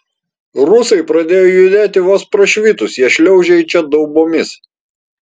rusai pradėjo judėti vos prašvitus jie šliaužia į čia daubomis